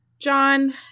john